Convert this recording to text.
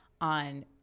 on